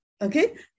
okay